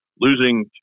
losing